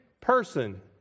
person